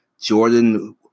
Jordan